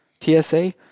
TSA